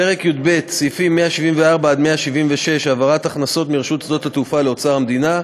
פרק י"ב סעיפים 174 176 (העברת הכנסות מרשות שדות התעופה לאוצר המדינה),